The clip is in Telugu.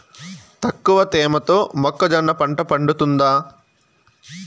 తక్కువ తేమతో మొక్కజొన్న పంట పండుతుందా?